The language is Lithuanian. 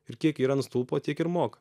ir kiek yra ant stulpo tiek ir moka